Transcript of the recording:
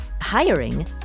Hiring